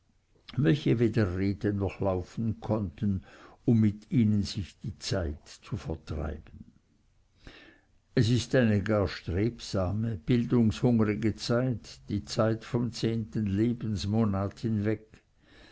welche weder reden noch laufen konnten um mit ihnen sich die zeit zu vertreiben es ist eine gar strebsame bildungshungerige zeit die zeit vom zehnten lebensmonat hinweg